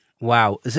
Wow